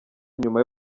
nyuma